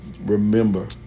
remember